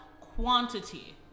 quantity